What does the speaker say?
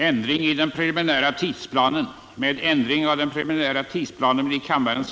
Herr talman!